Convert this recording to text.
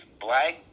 black